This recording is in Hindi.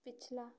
पिछला